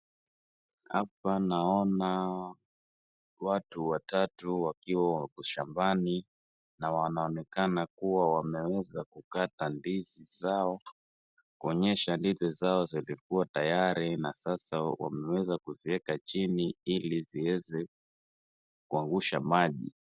Hapa naona watu watatu wakiwa wako shambani, na wanaonekana kuwa wameweza kukata ndizi zao, kuonyesha ndizi zao zilikuwa tayari na sasa wameweza kuzieka chini ili ziweze kuangusha maji.